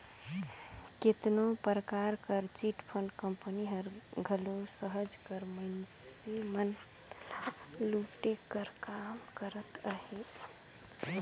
केतनो परकार कर चिटफंड कंपनी हर घलो सहज कर मइनसे मन ल लूटे कर काम करत अहे